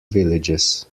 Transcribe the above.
villages